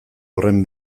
horren